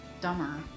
dumber